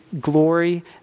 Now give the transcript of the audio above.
glory